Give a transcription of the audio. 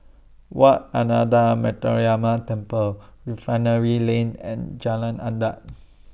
Wat Ananda Metyarama Temple Refinery Lane and Jalan Adat